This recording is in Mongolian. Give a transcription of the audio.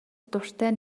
дуртай